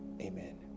Amen